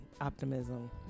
Optimism